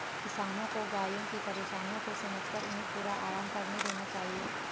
किसानों को गायों की परेशानियों को समझकर उन्हें पूरा आराम करने देना चाहिए